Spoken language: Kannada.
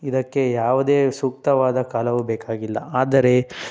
ಇದಕ್ಕೆ ಯಾವುದೇ ಸೂಕ್ತವಾದ ಕಾಲವು ಬೇಕಾಗಿಲ್ಲ ಆದರೆ